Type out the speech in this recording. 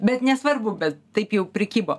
bet nesvarbu bet taip jau prikibo